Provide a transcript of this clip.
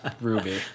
Ruby